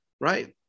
right